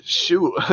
shoot